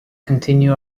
continue